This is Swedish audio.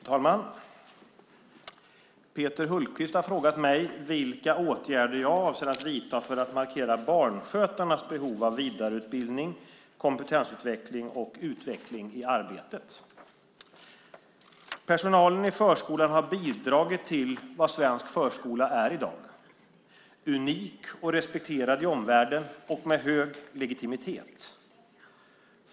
Fru talman! Peter Hultqvist har frågat mig vilka åtgärder jag avser att vidta för att markera barnskötarnas behov av vidareutbildning, kompetensutveckling och utveckling i arbetet. Personalen i förskolan har bidragit till vad svensk förskola i dag är - unik och respekterad i omvärlden och med hög legitimitet.